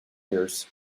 ears